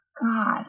God